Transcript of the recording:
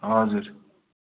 हजुर